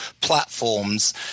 platforms